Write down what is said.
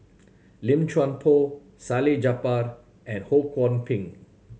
Lim Chuan Poh Salleh Japar and Ho Kwon Ping